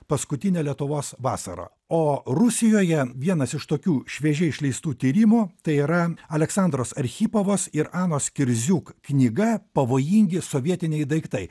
paskutinė lietuvos vasara o rusijoje vienas iš tokių šviežiai išleistų tyrimų tai yra aleksandros archipovos ir anos kirziuk knyga pavojingi sovietiniai daiktai